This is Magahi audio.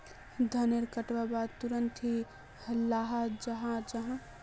धानेर कटवार बाद तुरंत की लगा जाहा जाहा?